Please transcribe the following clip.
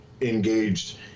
engaged